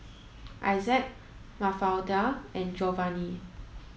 Issac Mafalda and Jovani